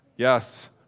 Yes